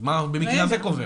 אז מה במקרה הזה קובע?